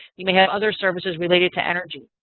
you may have other services related to energy.